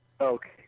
Okay